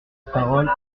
parole